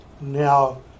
now